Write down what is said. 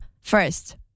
first